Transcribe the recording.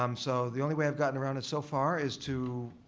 um so the only way i've gotten around it so far is to